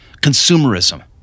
consumerism